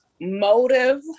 motive